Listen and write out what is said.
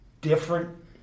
different